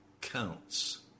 counts